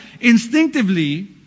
instinctively